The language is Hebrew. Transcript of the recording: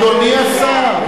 אדוני השר.